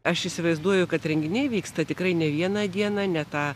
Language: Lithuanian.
aš įsivaizduoju kad renginiai vyksta tikrai ne vieną dieną ne tą